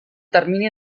termini